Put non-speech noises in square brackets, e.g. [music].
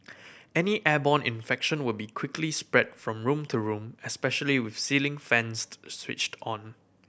any airborne infection would be quickly spread from room to room especially with ceiling fans [unintelligible] switched on